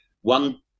One